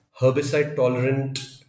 herbicide-tolerant